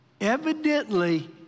Evidently